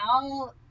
now